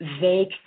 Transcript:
vague